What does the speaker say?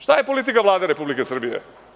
Šta je politika Vlade Republike Srbije?